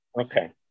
Okay